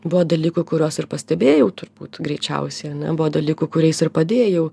buvo dalykų kuriuos ir pastebėjau turbūt greičiausiai ane buvo dalykų kuriais ir padėjau